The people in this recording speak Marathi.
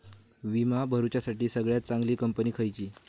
विमा भरुच्यासाठी सगळयात चागंली कंपनी खयची?